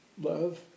Love